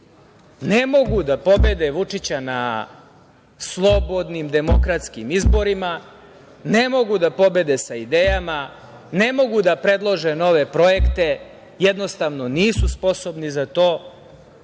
Ne mogu da pobede Vučića na slobodnim demokratskim izborima, ne mogu da pobede sa idejama, ne mogu da predlože nove projekte, jednostavno nisu sposobni za to